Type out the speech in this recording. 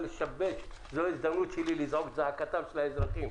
זאת ההזדמנות שלי לזעוק את זעקת האזרחים.